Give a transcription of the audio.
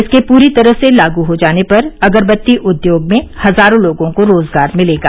इसके पूरी तरह लागू हो जाने पर अगरबत्ती उद्योग में हजारों लोगों को रोजगार मिलेगा